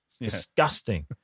Disgusting